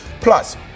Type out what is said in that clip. Plus